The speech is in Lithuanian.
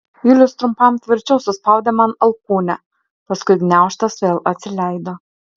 julius trumpam tvirčiau suspaudė man alkūnę paskui gniaužtas vėl atsileido